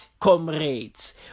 Comrades